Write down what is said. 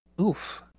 Oof